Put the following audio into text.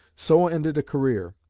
so ended a career,